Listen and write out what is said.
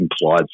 implied